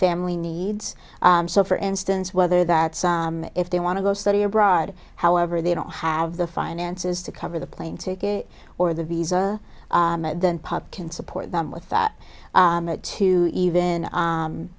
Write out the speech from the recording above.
family needs so for instance whether that if they want to go study abroad however they don't have the finances to cover the plane ticket or the visa then pop can support them with that to even